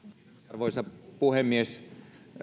arvoisa puhemies